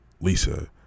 Lisa